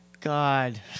God